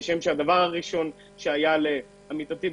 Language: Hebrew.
כשם שהדבר הראשון שהיה לעמיתתי,